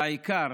העיקר